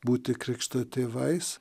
būti krikšto tėvais